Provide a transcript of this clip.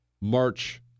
march